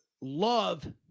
love